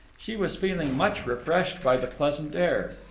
she was feeling much refreshed by the pleasant air.